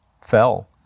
fell